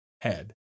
head